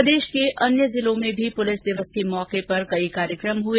प्रदेश के अन्य जिलों में भी पुलिस दिवस के अवसर पर कई कार्यक्रम हुए